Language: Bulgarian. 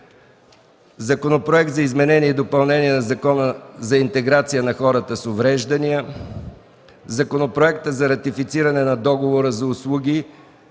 Законопроект за изменение и допълнение на Закона за интеграция на хората с увреждания. Законопроект за ратифициране на Договора за услуги